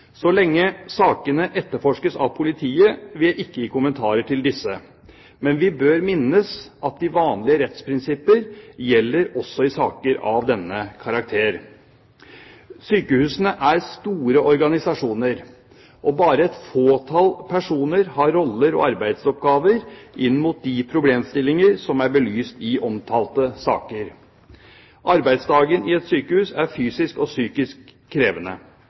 Så lenge sakene etterforskes av politiet, vil jeg ikke gi kommentarer om disse, men vi bør minnes at de vanlige rettsprinsipper gjelder også i saker av denne karakter. Sykehusene er store organisasjoner, og bare et fåtall personer har roller og arbeidsoppgaver inn mot de problemstillinger som er belyst i de omtalte saker. Arbeidsdagen i et sykehus er fysisk og psykisk krevende.